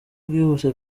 bwihuse